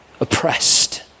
oppressed